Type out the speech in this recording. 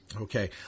Okay